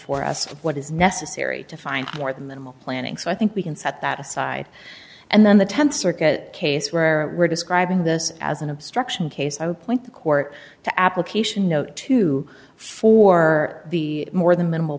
for us what is necessary to find more than minimal planning so i think we can set that aside and then the th circuit case where we're describing this as an obstruction case i would point the court to application no two for the more than minimal